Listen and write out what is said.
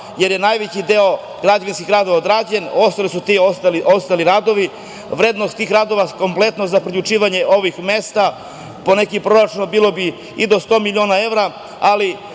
jer je najveći deo građevinskih radova odrađen. Ostali su ti ostali radovi. Vrednost tih radova kompletno za priključivanje ovih mesta po nekim proračunima bilo bi i do sto miliona evra, ali